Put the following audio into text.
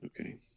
Okay